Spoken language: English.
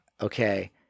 okay